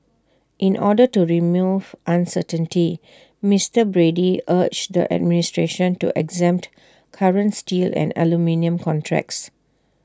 in order to remove uncertainty Mister Brady urged the administration to exempt current steel and aluminium contracts